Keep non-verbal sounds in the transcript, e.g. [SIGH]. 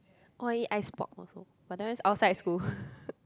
all eat ice pop also but that one is outside school [BREATH]